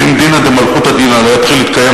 ואם "דינא דמלכותא דינא" לא יתחיל להתקיים